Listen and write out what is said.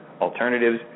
Alternatives